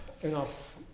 enough